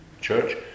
Church